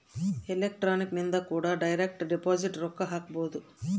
electronic ಇಂದ ಕೂಡ direct deposit ರೊಕ್ಕ ಹಾಕ್ಬೊದು